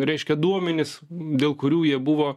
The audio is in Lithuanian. reiškia duomenis dėl kurių jie buvo